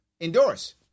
endorse